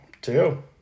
two